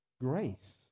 grace